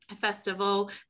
festival